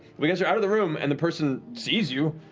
but guys are out of the room and the person sees you.